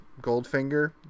Goldfinger